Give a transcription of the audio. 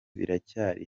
biracyari